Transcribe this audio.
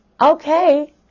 okay